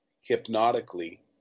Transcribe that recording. hypnotically